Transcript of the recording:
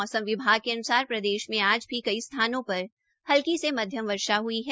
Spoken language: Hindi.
मौसम विभाग के अनुसार प्रदेश में आज भी कई स्थानों पर हल्की से मध्यम वर्षा हुई है